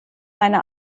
meiner